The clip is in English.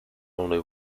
only